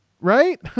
Right